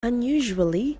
unusually